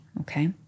Okay